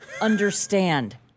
Understand